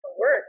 work